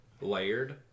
layered